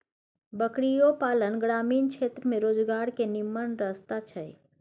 बकरियो पालन ग्रामीण क्षेत्र में रोजगार के निम्मन रस्ता छइ